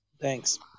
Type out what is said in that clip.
thanks